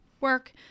work